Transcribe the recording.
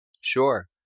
Sure